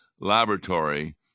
laboratory